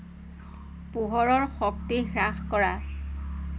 পোহৰৰ শক্তি হ্ৰাস কৰা